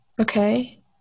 Okay